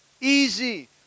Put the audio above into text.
Easy